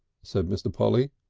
said mr. polly.